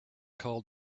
called